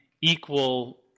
equal